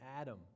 Adam